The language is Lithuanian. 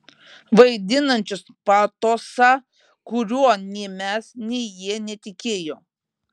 vaidinančius patosą kuriuo nei mes nei jie netikėjo